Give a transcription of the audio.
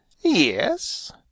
Yes